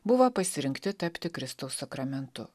buvo pasirinkti tapti kristaus sakramentu